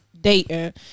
dating